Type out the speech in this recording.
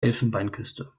elfenbeinküste